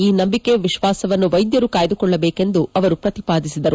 ಈ ನಂಬಿಕೆ ವಿಶ್ವಾಸವನ್ನು ವೈದ್ಯರು ಕಾಯ್ದುಕೊಳ್ಳಬೇಕು ಎಂದು ಅವರು ಪ್ರತಿಪಾದಿಸಿದರು